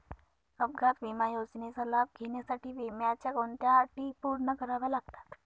अपघात विमा योजनेचा लाभ घेण्यासाठी विम्याच्या कोणत्या अटी पूर्ण कराव्या लागतात?